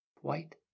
White